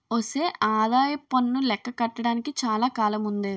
ఒసే ఆదాయప్పన్ను లెక్క కట్టడానికి చాలా కాలముందే